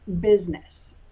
business